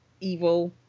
evil